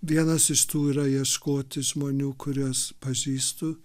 vienas iš tų yra ieškoti žmonių kuriuos pažįstu